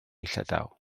llydaw